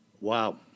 Wow